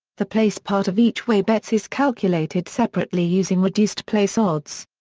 the place part of each-way bets is calculated separately using reduced place odds.